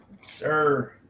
Sir